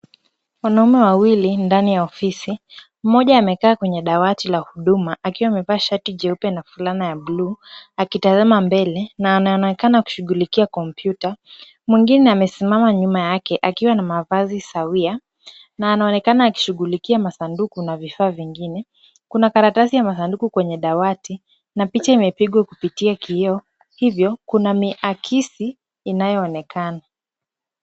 Wanaume wawili ndani ya ofisi. Mmoja amekaa kwenye dawati la huduma akiwa amevaa shati jeupe na fulana ya buluu akitazama mbele na anaonekana kushughulikia kompyuta. Mwingine amesimama nyuma yake akiwa na mavazi sawia na anaonekana akishughulikia masanduku na vifaa vingine. Kuna karatasi ya masanduku kwenye dawati na picha imepigwa kupitia kioo hivyo kuna miakisi inayoonekana.